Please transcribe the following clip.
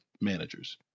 managers